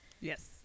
Yes